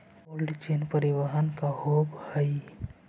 Cold chain परिवहन का होव हइ?